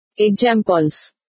Examples